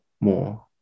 more